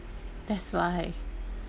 that's why